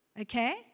Okay